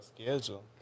schedule